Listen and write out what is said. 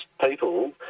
people